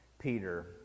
Peter